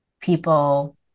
people